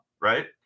right